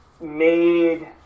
made